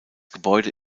gebäude